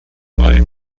life